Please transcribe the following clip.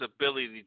ability